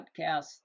podcast